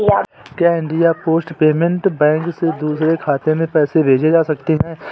क्या India post payment bank से दूसरे खाते में पैसे भेजे जा सकते हैं?